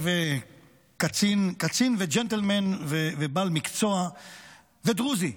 קצין וג'נטלמן ובעל מקצוע ודרוזי.